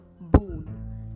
boon